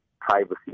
privacy